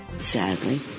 Sadly